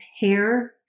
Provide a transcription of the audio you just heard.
hair